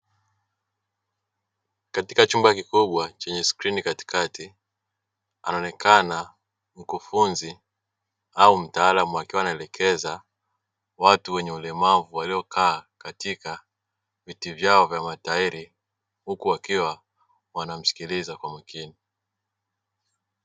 Katika chumba kikubwa chenye skrini katikati, anaonekana mkufunzi au mtaalamu akiwa anaelekeza watu wenye ulemavu, walio kaa viti vyao vya matairi, huku wakiwa wanamsikiliza kwa makini.